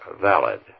valid